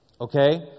okay